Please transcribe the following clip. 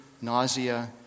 nausea